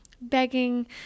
begging